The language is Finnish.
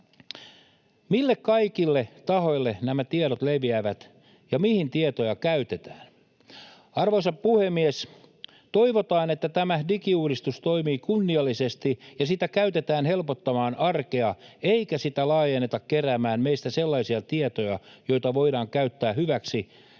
Mille kaikille tahoille nämä tiedot leviävät ja mihin tietoja käytetään? Arvoisa puhemies! Toivotaan, että tämä digiuudistus toimii kunniallisesti ja sitä käytetään helpottamaan arkea eikä sitä laajenneta keräämään meistä sellaisia tietoja, joita voidaan käyttää hyväksi